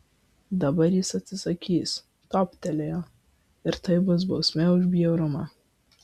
dabar jis atsisakys toptelėjo ir tai bus bausmė už bjaurumą